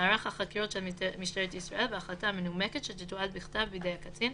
ממערך החקירות של משטרת ישראל בהחלטה מנומקת שתתועד בכתב בידי הקצין,